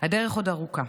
הדרך עוד ארוכה.